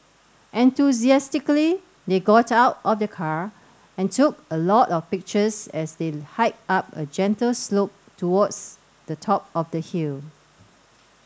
enthusiastically they got out of the car and took a lot of pictures as they hiked up a gentle slope towards the top of the hill